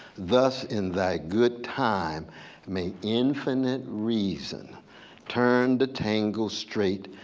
thus, in thy good time may infinite reason turn the tangle straight,